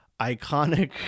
iconic